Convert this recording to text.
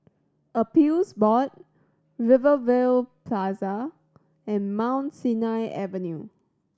Appeals Board Rivervale Plaza and Mount Sinai Avenue